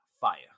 Fire